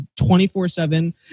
24-7